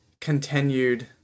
continued